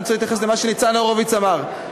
אני רוצה להתייחס למה שניצן הורוביץ אמר.